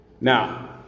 Now